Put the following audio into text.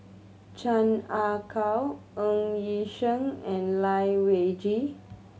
Chan Ah Kow Ng Yi Sheng and Lai Weijie